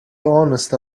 honest